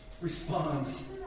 responds